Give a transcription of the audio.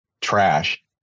trash